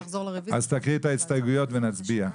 תקריאי את ההסתייגויות ונצביע.